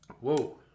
Whoa